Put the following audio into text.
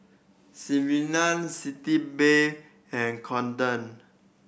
Sigvaris Sitz Bath and Kordel